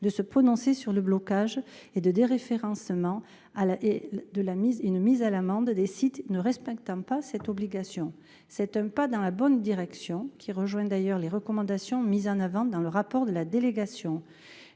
de se prononcer sur le blocage et de déréférencement à la et de la mise une mise à l'amende. Des sites ne respectant pas cette obligation. C'est un pas dans la bonne direction qui rejoint d'ailleurs les recommandations mises en avant dans le rapport de la délégation,